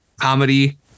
comedy